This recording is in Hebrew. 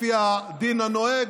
לפי הדין הנוהג,